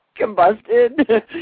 combusted